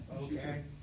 okay